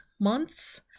months